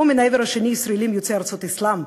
או מן העבר השני ישראלים יוצאי ארצות האסלאם,